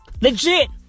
Legit